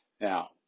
Now